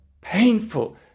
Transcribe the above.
painful